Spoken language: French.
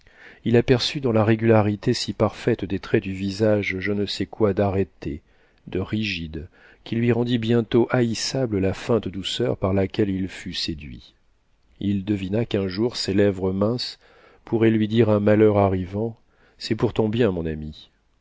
il aperçut dans la régularité si parfaite des traits du visage je ne sais quoi d'arrêté de rigide qui lui rendit bientôt haïssable la feinte douceur par laquelle il fut séduit il devina qu'un jour ces lèvres minces pourraient lui dire un malheur arrivant c'est pour ton bien mon ami